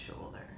shoulder